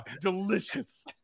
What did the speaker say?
delicious